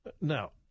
Now